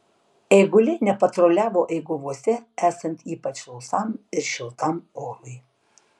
eiguliai nepatruliavo eiguvose esant ypač sausam ir šiltam orui